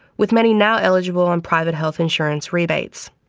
with many now eligible on private health insurance rebates.